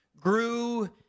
grew